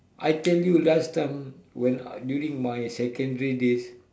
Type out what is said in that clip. I tell you last time when during my secondary days